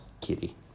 Kitty